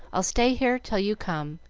i'll stay here till you come,